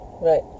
right